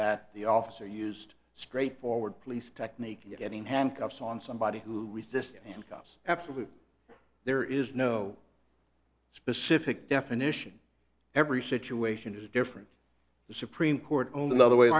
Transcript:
that the officer used straightforward police technique in getting handcuffs on somebody who resisted because absolutely there is no specific definition every situation is different the supreme court only another way